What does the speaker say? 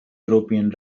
european